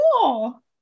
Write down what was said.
cool